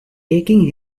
taking